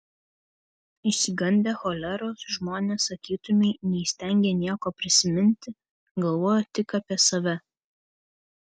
išsigandę choleros žmonės sakytumei neįstengė nieko prisiminti galvojo tik apie save